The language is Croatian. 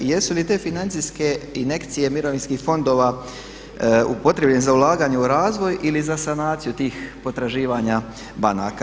Jesu li te financijske injekcije mirovinskih fondova upotrijebljene za ulaganje u razvoj ili za sanaciju tih potraživanja banaka?